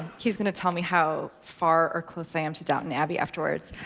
he's going to tell me how far or close sam to downton abbey afterwards.